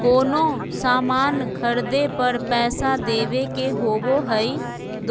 कोनो सामान खर्दे पर पैसा देबे के होबो हइ